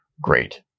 great